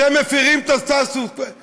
אתם מפרים את הסטטוס-קוו.